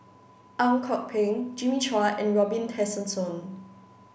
Ang Kok Peng Jimmy Chua and Robin Tessensohn